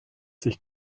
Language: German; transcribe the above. sich